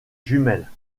jumelles